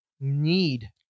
need